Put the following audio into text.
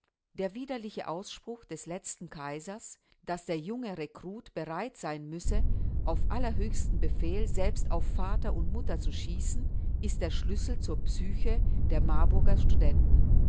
der widerliche ausspruch des letzten kaisers daß der junge rekrut bereit sein müsse auf allerhöchsten befehl selbst auf vater und mutter zu schießen ist der schlüssel zur psyche der marburger studenten